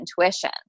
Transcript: intuition